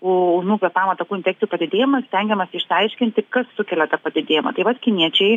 ūmių kvėpavimo takų infekcijų padidėjimas stengiamasi išsiaiškinti kas sukelia tą padidėjimą tai vat kiniečiai